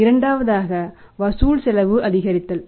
இரண்டாவதாக வசூல் செலவு அதிகரித்தல்